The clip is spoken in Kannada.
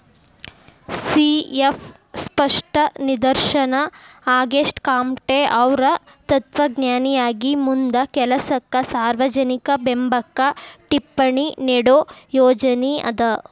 ಸಿ.ಎಫ್ ಸ್ಪಷ್ಟ ನಿದರ್ಶನ ಆಗಸ್ಟೆಕಾಮ್ಟೆಅವ್ರ್ ತತ್ವಜ್ಞಾನಿಯಾಗಿ ಮುಂದ ಕೆಲಸಕ್ಕ ಸಾರ್ವಜನಿಕ ಬೆಂಬ್ಲಕ್ಕ ಟಿಪ್ಪಣಿ ನೇಡೋ ಯೋಜನಿ ಅದ